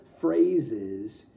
phrases